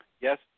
Yes